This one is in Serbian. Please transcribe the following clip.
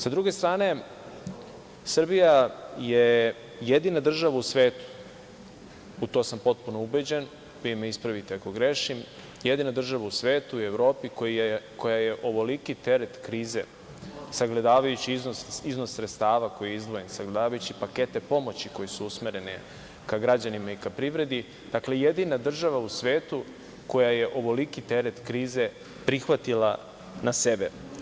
S druge strane Srbija, je jedina država u svetu, u to sam potpuno ubeđen, vi me ispravite ako grešim, jedina država u svetu i u Evropi koja je ovoliki teret krize, sagledavajući iznos sredstava koji je izdvojen, sagledavajući pakete pomoći koje su usmerene ka građanima i ka privredi, dakle, jedina država u svetu koja je ovoliki teret krize prihvatila na sebe.